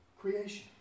creation